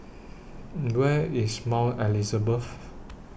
Where IS Mount Elizabeth